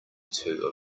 two